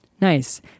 Nice